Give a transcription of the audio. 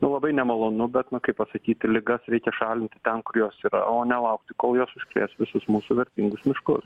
labai nemalonu bet na kaip pasakyti ligas reikia šalinti ten kur jos yra o ne laukti kol jos užkrės visus mūsų vertingus miškus